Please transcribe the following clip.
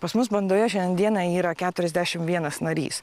pas mus bandoje šiandien dieną yra keturiasdešim vienas narys